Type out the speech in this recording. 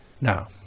Now